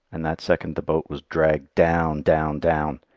and that second the boat was dragged down, down, down.